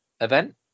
event